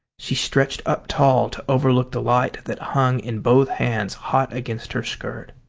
she stretched up tall to overlook the light that hung in both hands hot against her skirt.